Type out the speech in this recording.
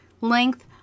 length